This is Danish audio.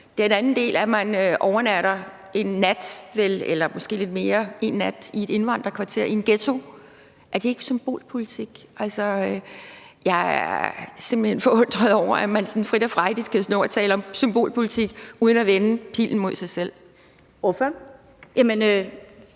den anden del, nemlig det, at man overnatter én nat eller måske lidt mere i et indvandrerkvarter, i en ghetto, ikke symbolpolitik? Altså, jeg er simpelt hen forundret over, at man sådan frit og frejdigt kan stå og tale om symbolpolitik uden at vende pilen mod sig selv. Kl.